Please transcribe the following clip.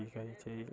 आओर की कहैत छै